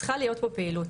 צריכה להיות פה פעילות.